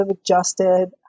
adjusted